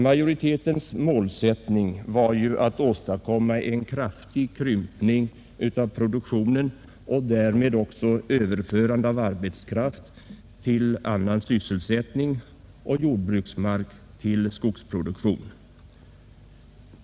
Majoritetens målsättning var ju att åstadkomma en kraftig krympning av produktionen och därmed också överförande av arbetskraft till annan sysselsättning och jordbruksmark till skogsproduktion.